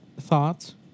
thoughts